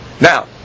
Now